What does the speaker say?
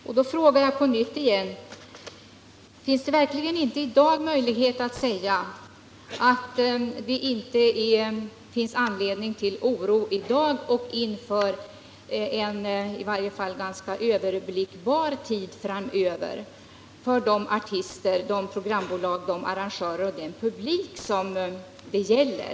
Därför frågar jag på nytt: Finns det verkligen inte i dag någon möjlighet att säga att det inte är anledning till oro inom en i varje fall ganska överblickbar tid framöver för de artister, programbolag, arrangörer och den publik som det gäller?